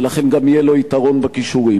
ולכן גם יהיה לו יתרון בכישורים.